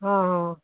ਹਾਂ ਹਾਂ